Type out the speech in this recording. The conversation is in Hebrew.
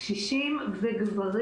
קשישים וגברים.